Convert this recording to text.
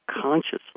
consciously